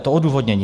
To odůvodnění.